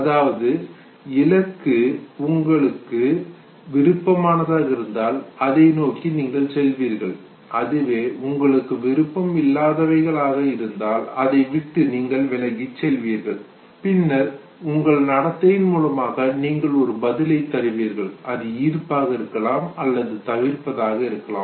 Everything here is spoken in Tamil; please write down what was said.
அதாவது இலக்கு உங்களுக்கு விருப்பமானதாக இருந்தால் அதை நோக்கி நீங்கள் செல்வீர்கள் அதுவே உங்களுக்கு விருப்பம் இல்லாதவைகளாக இருந்தால் அதை விட்டு நீங்கள் விலகி செல்வீர்கள் பின்னர் உங்கள் நடத்தையின் மூலமாக நீங்கள் ஒரு பதிலை தருவீர்கள் அது ஈர்ப்பாக இருக்கலாம் அல்லது தவிர்ப்பதாக இருக்கலாம்